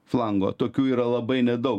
flango tokių yra labai nedaug